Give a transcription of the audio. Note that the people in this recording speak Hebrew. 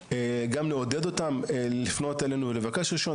לעודד אותם לפנות אלינו ולבקש רישיון.